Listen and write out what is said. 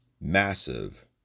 massive